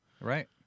Right